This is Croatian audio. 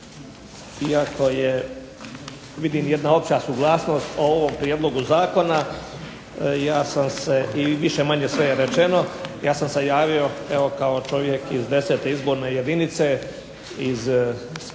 Iako je vidim jedna opća suglasnost o ovom prijedlogu zakona i više manje sve je rečeno. Ja sam se javio evo kao čovjek iz 10. izborne jedinice iz Splita